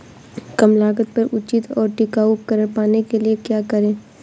कम लागत पर उचित और टिकाऊ उपकरण पाने के लिए क्या करें?